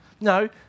No